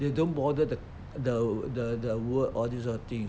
they don't bother the the the work all this sort of thing